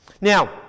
now